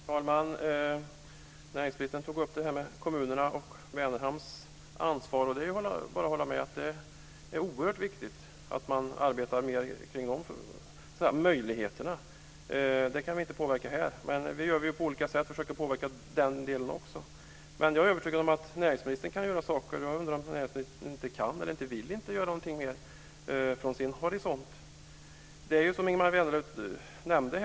Herr talman! Näringsministern tog upp kommunerna och Vänerhamns ansvar. Det är bara att hålla med. Det är oerhört viktigt att man arbetar mer med de möjligheterna. Det kan vi inte påverka här, men vi försöker påverka också vad gäller den delen på olika sätt. Jag är övertygad om att näringsministern kan göra saker. Jag undrar om näringsministern inte kan eller inte vill göra något mer från sin horisont. Det är som Ingemar Vänerlöv nämnde.